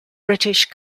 british